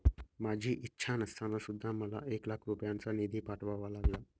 माझी इच्छा नसताना सुद्धा मला एक लाख रुपयांचा निधी पाठवावा लागला